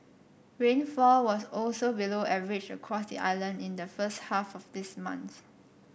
rainfall was also below average across the island in the first half of this month